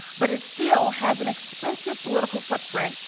but it still has an expensive political footprint,